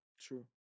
True